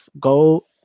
go